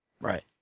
Right